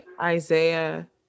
Isaiah